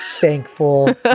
thankful